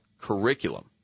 curriculum